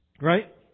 Right